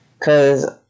Cause